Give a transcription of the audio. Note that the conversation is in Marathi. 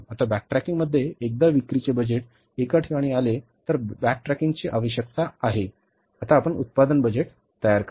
आता बॅकट्रॅकिंगमध्ये एकदा विक्रीचे बजेट एका ठिकाणी आले तर बॅकट्रॅकिंगची आवश्यकता आहे आता आपण उत्पादन बजेट तयार करा